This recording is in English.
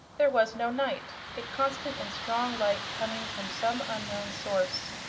there was no night, a constant and strong light coming from some unknown source.